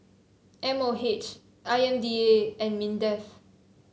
M O H I M D A and Mindef